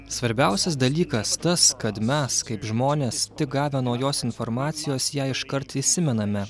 svarbiausias dalykas tas kad mes kaip žmonės tik gavę naujos informacijos ją iškart įsimename